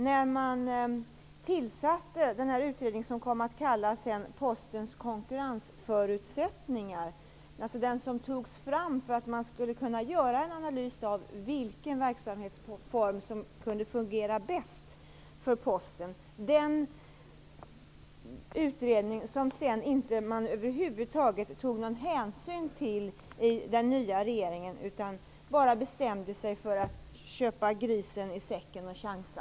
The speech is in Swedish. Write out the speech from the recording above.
Den tillsatte den utredning som kom att kallas Postens konkurrensförutsättningar. Den togs fram för att man skulle kunna göra en analys av vilken verksamhetsform som skulle fungera bäst för Denna utredning tog den nya regeringen över huvud taget inte någon hänsyn till. Den bestämde sig för att köpa grisen i säcken och chansa.